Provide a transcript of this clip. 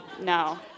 no